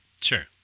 Sure